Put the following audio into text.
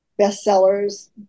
bestsellers